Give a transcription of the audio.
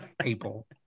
people